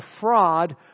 fraud